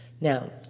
Now